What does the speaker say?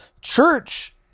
church